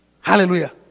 hallelujah